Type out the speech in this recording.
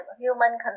human